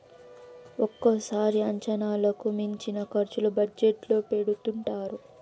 ఒక్కోసారి అంచనాలకు మించిన ఖర్చులు బడ్జెట్ లో పెడుతుంటారు